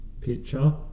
picture